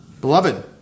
Beloved